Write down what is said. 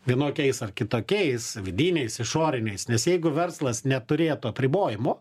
vienokiais ar kitokiais vidiniais išoriniais nes jeigu verslas neturėtų apribojimų